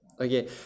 Okay